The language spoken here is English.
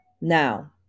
Now